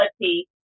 reality